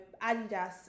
Adidas